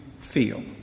feel